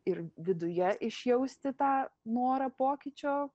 ir viduje išjausti tą norą pokyčio